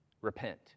repent